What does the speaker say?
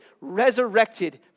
resurrected